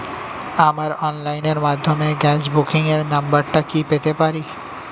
আমার অনলাইনের মাধ্যমে গ্যাস বুকিং এর নাম্বারটা কি পেতে পারি?